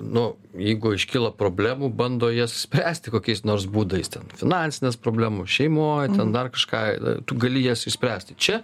nu jeigu iškyla problemų bando jas spręsti kokiais nors būdais ten finansinės problemos šeimoj ten dar kažką tu gali jas išspręsti čia